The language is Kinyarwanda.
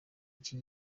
iki